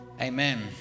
amen